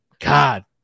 God